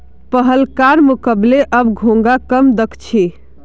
पहलकार मुकबले अब घोंघा कम दख छि